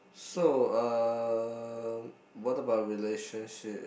so uh what about relationship